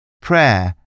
Prayer